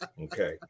Okay